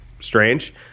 strange